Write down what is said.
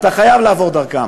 אתה חייב לעבור דרכם